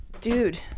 dude